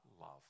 love